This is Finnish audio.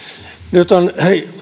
nyt on